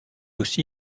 aussi